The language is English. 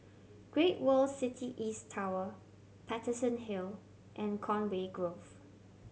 Great World City East Tower Paterson Hill and Conway Grove